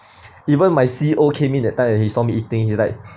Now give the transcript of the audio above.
even my C_O me that time when he saw me eating his like